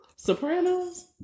Sopranos